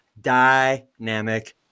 dynamic